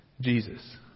Jesus